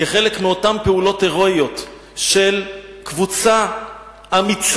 כחלק מאותן פעולות הירואיות של קבוצה אמיצה,